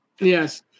yes